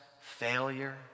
failure